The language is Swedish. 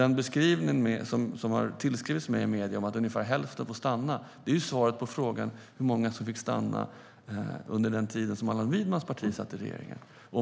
Den beskrivning som har tillskrivits mig i medierna om att ungefär hälften får stanna är svaret på frågan hur många som fick stanna under den tid då Allan Widmans parti satt i regeringsställning.